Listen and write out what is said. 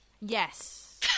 Yes